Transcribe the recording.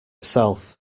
itself